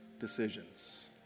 decisions